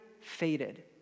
faded